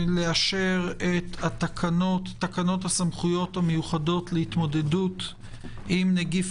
על סדר-היום: הצעת תקנות סמכויות מיוחדות להתמודדות עם נגיף